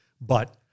But-